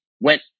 went